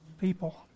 people